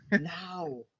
now